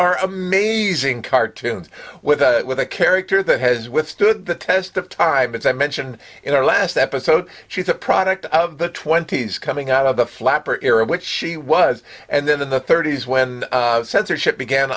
are amazing cartoons with with a character that has withstood the test of time as i mentioned in our last episode she's a product of the twenty's coming out of the flapper era which she was and then in the thirty's when censorship began